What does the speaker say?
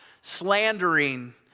slandering